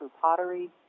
pottery